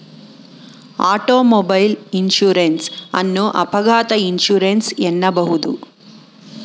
automobile insurance ಅನ್ನು ಅಪಘಾತ insurance ಎನ್ನಬಹುದು